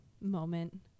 moment